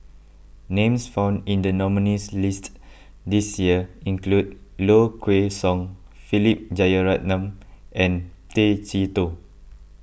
names found in the nominees' list this year include Low Kway Song Philip Jeyaretnam and Tay Chee Toh